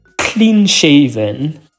clean-shaven